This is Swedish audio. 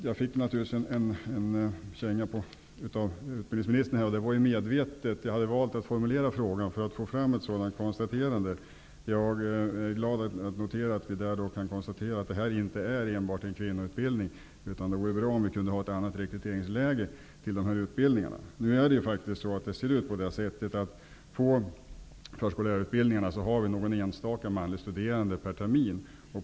Jag fick en känga av utbildningsministern. Jag hade medvetet valt att formulera frågan så, att jag skulle få fram ett sådant konstaterande. Jag är glad över att vi kan konstatera att det inte enbart är en kvinnoutbildning. Det vore bra om vi kunde få ett annat rekryteringsläge för dessa utbildningar. Nu är det ju faktiskt så, att det på förskollärarutbildningarna finns någon enstaka manlig studerande per termin.